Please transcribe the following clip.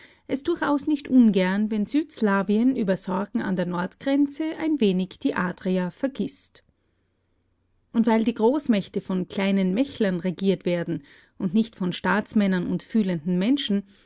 es durchaus nicht ungern wenn südslawien über sorgen an der nordgrenze ein wenig die adria vergißt und weil die großmächte von kleinen mächlern regiert werden und nicht von staatsmännern und fühlenden menschen